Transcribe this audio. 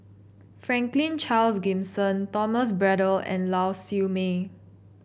Franklin Charles Gimson Thomas Braddell and Lau Siew Mei